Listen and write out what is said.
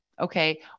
okay